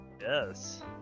Yes